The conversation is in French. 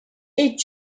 est